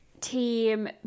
team